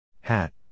hat